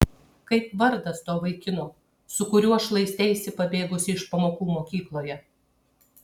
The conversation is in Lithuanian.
kaip vardas to vaikino su kuriuo šlaisteisi pabėgusi iš pamokų mokykloje